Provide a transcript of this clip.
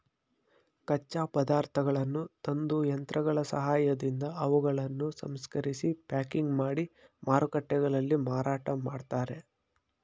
ಕಚ್ಚಾ ಪದಾರ್ಥಗಳನ್ನು ತಂದು, ಯಂತ್ರಗಳ ಸಹಾಯದಿಂದ ಅವುಗಳನ್ನು ಸಂಸ್ಕರಿಸಿ ಪ್ಯಾಕಿಂಗ್ ಮಾಡಿ ಮಾರುಕಟ್ಟೆಗಳಲ್ಲಿ ಮಾರಾಟ ಮಾಡ್ತರೆ